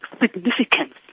significance